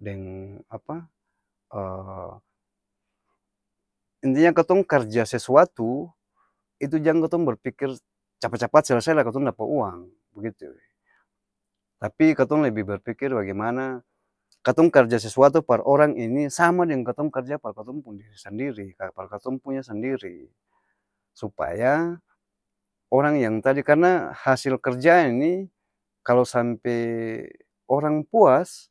deng apa? inti nya katong karja sesuatu, itu jang katong berpikir capat-capat selesai la katong dapa uang begitu tapi katong lebi berpikir bagemana katong karja sesuatu par orang ini, sama deng katong karja par katong pung diri sandiri kaa par katong punya sandiri, supayaa orang yang tadi karna hasil kerja ini kalo sampeee orang puas.